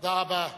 תודה רבה.